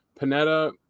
Panetta